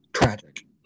tragic